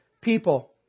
people